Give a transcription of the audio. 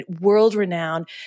world-renowned